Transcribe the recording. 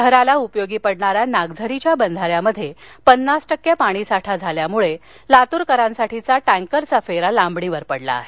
शहराला उपयोगी पडणाऱ्या नागझरीचे बंधाऱ्यामध्ये पन्नास टक्के साठा झाल्यामुळे लातूरकरांसाठीचा टँकरचा फेरा लांबणीवर पडला आहे